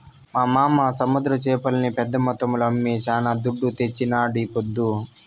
మా మావ సముద్ర చేపల్ని పెద్ద మొత్తంలో అమ్మి శానా దుడ్డు తెచ్చినాడీపొద్దు